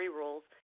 rules